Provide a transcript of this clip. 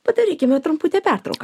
padarykime trumputę pertrauką